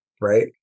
right